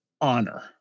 honor